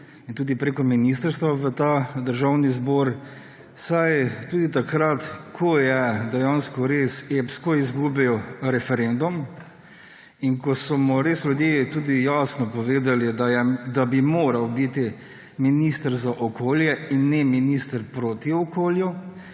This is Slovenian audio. in tudi preko ministrstva v Državni zbor, saj tudi takrat, ko je dejansko res epsko izgubil referendum in ko so mu res ljudje tudi jasno povedali, da bi moral biti minister za okolje in ne minister proti okolju